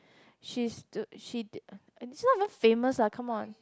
she is she she's not even famous lah come on